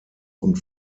und